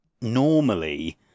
normally